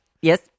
Yes